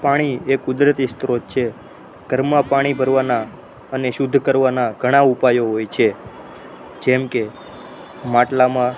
પાણી એ કુદરતી સ્રોત છે ઘરમાં પાણી ભરવાના અને શુદ્ધ કરવાના ઘણા ઉપાયો હોય છે જેમકે માટલાંમાં